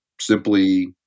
simply